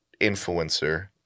influencer